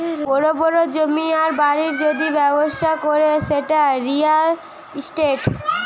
বড় বড় জমির আর বাড়ির যদি ব্যবসা করে সেটা রিয়্যাল ইস্টেট